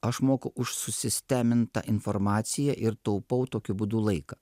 aš moku už susistemintą informaciją ir taupau tokiu būdu laiką